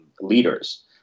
leaders